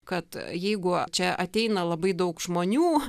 kad jeigu čia ateina labai daug žmonių